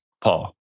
Paul